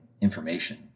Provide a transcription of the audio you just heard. information